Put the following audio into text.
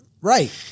Right